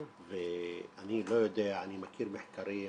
ואני לא יודע, אני מכיר מחקרים